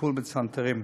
וטיפול בצנתרים,